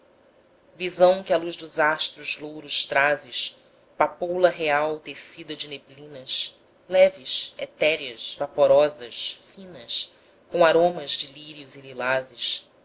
visão que a luz dos astros louros trazes papoula real tecida de neblinas leves etéreas vaporosas finas com aromas de lírios e lilazes